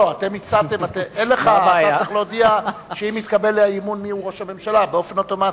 אתה צריך להודיע שאם יתקבל האי-אמון מי יהיה ראש הממשלה באופן אוטומטי,